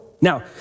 Now